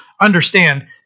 understand